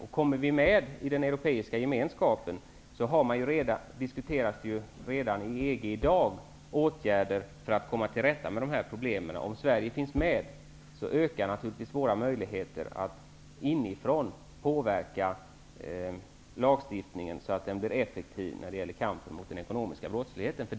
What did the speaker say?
Inom EG diskuteras redan i dag åtgärder för att komma till rätta med dessa problem, och om Sverige finns med ökar naturligtvis våra möjligheter att inifrån påverka lagstiftningen så att den blir effektiv när det gäller kampen mot den ekonomiska brottsligheten.